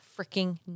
freaking